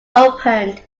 opened